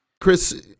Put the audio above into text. Chris